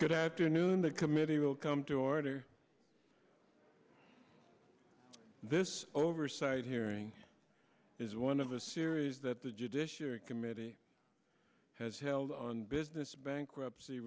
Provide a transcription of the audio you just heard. good afternoon the committee will come to order this oversight hearing is one of a series that the judiciary committee has held on business bankruptcy